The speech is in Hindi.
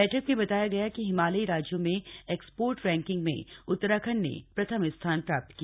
बैठक में बताया गया कि हिमालयी राज्यों में एक्सपोर्ध रैंकिंग में उत्तराखंड ने प्रथम स्थान प्राप्त किया